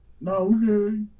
No